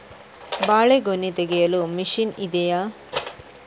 ಬಾಳೆಗೊನೆ ತೆಗೆಯಲು ಮಷೀನ್ ಇದೆಯಾ?